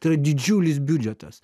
tai yra didžiulis biudžetas